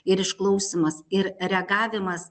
ir išklausymas ir reagavimas